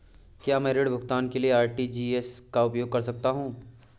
क्या मैं ऋण भुगतान के लिए आर.टी.जी.एस का उपयोग कर सकता हूँ?